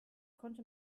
konnte